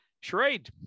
Charade